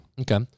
Okay